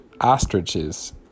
ostriches